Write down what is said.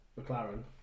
McLaren